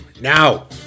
Now